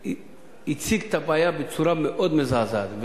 והציג את הבעיה בצורה מאוד מזעזעת.